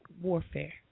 warfare